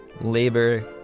labor